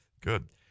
Good